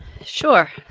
Sure